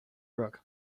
rug